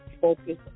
Focus